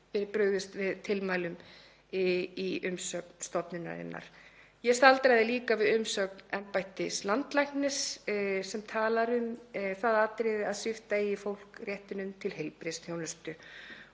verið brugðist við tilmælum í umsögn stofnunarinnar. Ég staldraði líka við umsögn embættis landlæknis sem talar um það atriði að svipta eigi fólk réttinum til heilbrigðisþjónustu.